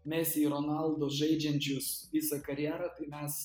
mesi ir ronaldo žaidžiančius visą karjera tai mes